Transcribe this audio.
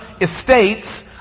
estates